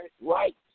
right